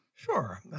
Sure